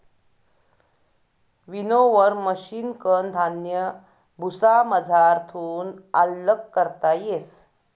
winnower मशिनकन धान्य भुसामझारथून आल्लग करता येस